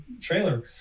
trailer